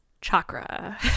Chakra